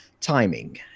timing